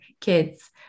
kids